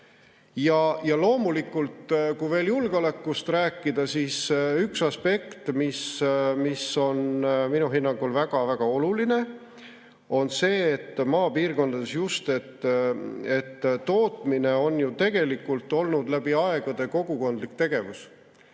Loomulikult, kui veel julgeolekust rääkida, siis üks aspekt, mis on minu hinnangul väga-väga oluline, on see, et maapiirkondades just tootmine on ju olnud läbi aegade kogukondlik tegevus